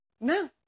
No